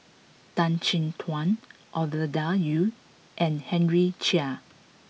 Tan Chin Tuan Ovidia Yu and Henry Chia